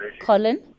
Colin